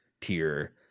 tier